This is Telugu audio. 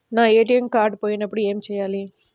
నా ఏ.టీ.ఎం కార్డ్ పోయినప్పుడు ఏమి చేయాలి?